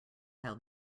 how